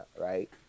right